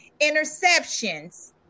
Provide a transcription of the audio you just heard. interceptions